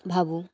ভাবোঁ